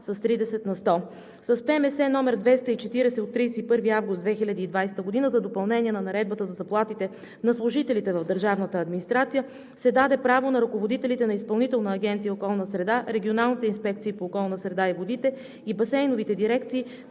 С ПМС № 240 от 31 август 2020 г. за допълнение на Наредбата за заплатите на служителите в държавната администрация се даде право на ръководителите на Изпълнителна агенция по околна среда, регионалните инспекции по околната среда и водите и басейновите дирекции да увеличат индивидуалните